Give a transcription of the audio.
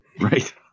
right